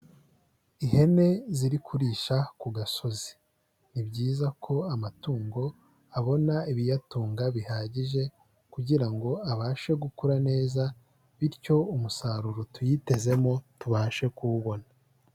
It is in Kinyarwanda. Ihene ziri kurisha ku gasozi, ni byiza ko amatungo abona ibiyatunga bihagije kugira ngo abashe gukura neza bityo umusaruro tuyitezemo tubashe kuwubona.